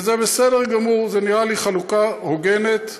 וזה בסדר גמור, זאת נראית לי חלוקה הוגנת.